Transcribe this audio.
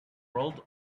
rolled